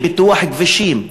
של פיתוח כבישים.